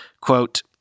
Quote